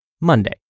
Monday